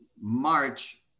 March